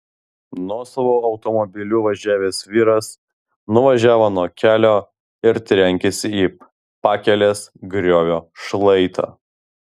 nuosavu automobiliu važiavęs vyras nuvažiavo nuo kelio ir trenkėsi į pakelės griovio šlaitą